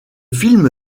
film